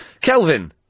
Kelvin